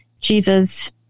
Jesus